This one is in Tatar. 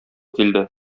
килде